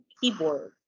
keyboard